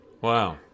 Wow